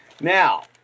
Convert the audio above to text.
Now